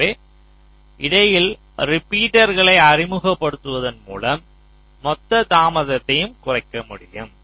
எனவே இடையில் ரிப்பீட்டர்களை அறிமுகப்படுத்துவதன் மூலம் மொத்த தாமதத்தையும் குறைக்க முடியும்